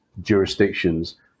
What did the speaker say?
jurisdictions